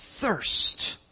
thirst